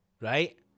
right